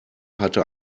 hatte